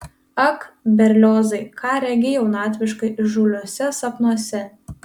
ak berliozai ką regi jaunatviškai įžūliuose sapnuose